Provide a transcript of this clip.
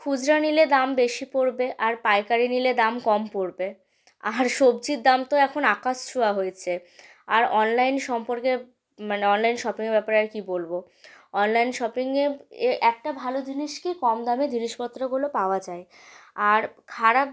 খুচরা নিলে দাম বেশি পড়বে আর পাইকারি নিলে দাম কম পড়বে আর সবজির দাম তো এখন আকাশ ছোঁয়া হয়েছে আর অনলাইন সম্পর্কে মানে অনলাইন শপিংয়ের ব্যাপারে আর কি বলবো অনলাইন শপিংয়ে একটা ভালো জিনিস কি কম দামে জিনিসপত্রগুলো পাওয়া যায় আর খারাপ